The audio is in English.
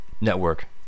network